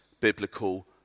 biblical